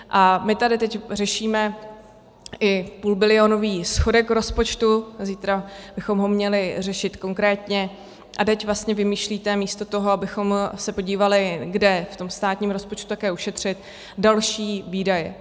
A my tady teď řešíme i půlbilionový schodek rozpočtu, zítra bychom ho měli řešit konkrétně, a teď vlastně vymýšlíte místo toho, abychom se podívali, kde v tom státním rozpočtu také ušetřit, další výdaje.